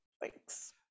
thanks